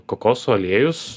kokosų aliejus